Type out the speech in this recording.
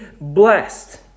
blessed